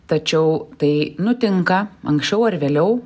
tačiau tai nutinka anksčiau ar vėliau